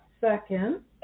second